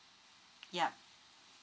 yup